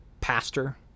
pastor